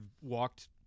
walked